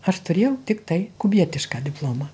ar turėjau tiktai kubietišką diplomą